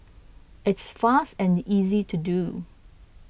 it's fast and easy to do